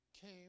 came